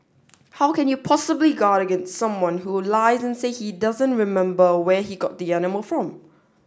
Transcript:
how can you possibly guard against someone who lies and say he doesn't remember where he got the animal from